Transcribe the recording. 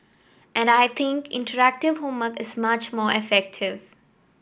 and I think interactive homework is much more effective